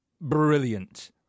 brilliant